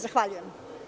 Zahvaljujem.